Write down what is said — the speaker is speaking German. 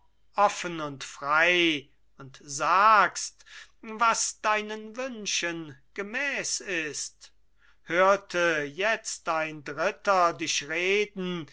offen und frei und sagst was deinen wünschen gemäß ist hörte jetzt ein dritter dich reden